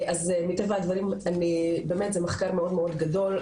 אז מטבע הדברים המחקר מאוד גדול,